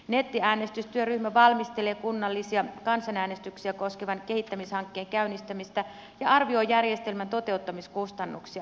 nettiäänestystyöryhmä valmistelee kunnallisia kansanäänestyksiä koskevan kehittämishankkeen käynnistämistä ja arvioi jär jestelmän toteuttamiskustannuksia